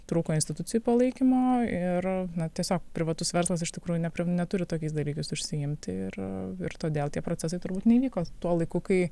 trūko institucijų palaikymo ir na tiesiog privatus verslas iš tikrųjų nepri neturi tokiais dalykais užsiimti ir ir todėl tie procesai turbūt neįvyko tuo laiku kai